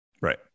Right